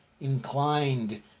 inclined